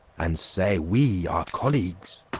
and say we are colleagues.